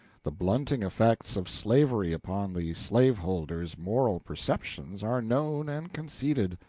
the blunting effects of slavery upon the slaveholder's moral perceptions are known and conceded,